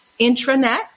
intranet